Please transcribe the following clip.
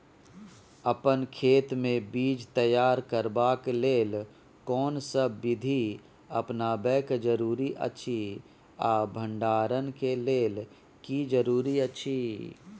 अपन खेत मे बीज तैयार करबाक के लेल कोनसब बीधी अपनाबैक जरूरी अछि आ भंडारण के लेल की जरूरी अछि?